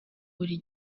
buri